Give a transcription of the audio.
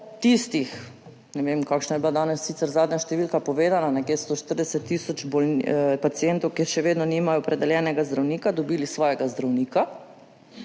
tistih, ne vem, kakšna je bila sicer danes povedana zadnja številka, nekje 140 tisoč pacientov, ki še vedno nimajo opredeljenega zdravnika, dobili svojega zdravnika,